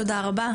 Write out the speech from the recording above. תודה רבה.